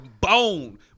bone